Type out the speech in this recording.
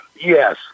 yes